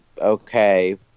okay